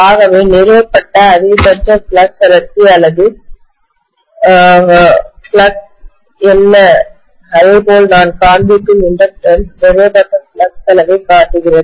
ஆகவே நிறுவப்பட்ட அதிகபட்ச ஃப்ளக்ஸ் அடர்த்தி அல்லது ஃப்ளக்ஸ் என்ன அதேபோல் நான் காண்பிக்கும் இண்டக்டன்ஸ் நிறுவப்பட்ட ஃப்ளக்ஸ் அளவைக் காட்டுகிறது